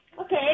okay